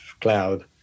cloud